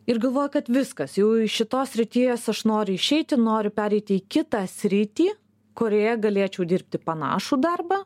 ir galvoja kad viskas jau iš šitos srities aš noriu išeiti noriu pereiti į kitą sritį kurioje galėčiau dirbti panašų darbą